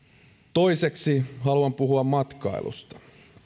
toiseksi haluan puhua matkailusta